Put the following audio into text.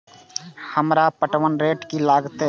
हमरा पटवन रेट की लागते?